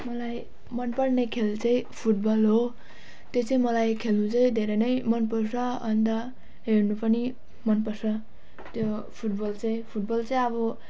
मलाई मन पर्ने खेल चाहिँ फुटबल हो त्यो चाहिँ मलाई खेल्नु चाहिँ धेरै नै मन पर्छ अनि त हेर्नु पनि मन पर्छ त्यो फुटबल चाहिँ फुटबल चाहिँ अब